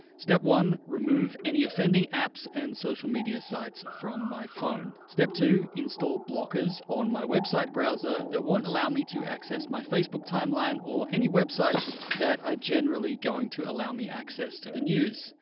step one, remove any offending apps and social media sites from my phone. step two, install blockers on my website browser that won't allow me to access my facebook timeline or any websites that are ah generally going to allow me access to the news.